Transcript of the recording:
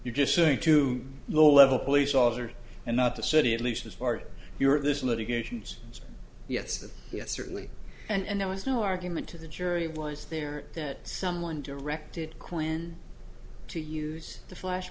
you're just saying to the level police officer and not the city at least as far as you're this litigation's yes yes certainly and there was no argument to the jury was there that someone directed quinn to use the flash